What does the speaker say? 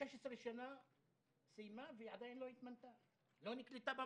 16 שנה סיימה, והיא עדין לא נקלטה במערכת,